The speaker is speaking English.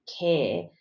care